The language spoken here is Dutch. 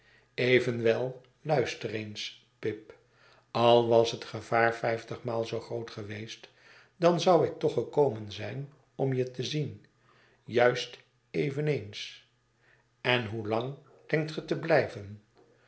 evenwel luister eens pip al was het gevaar v'yftigmaal zoo groot geweest dan zou ik toch gekomen zijn om je te zien juist eveneens en hoelang denkt ge te blijven